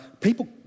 People